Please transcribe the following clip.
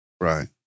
Right